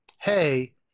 hey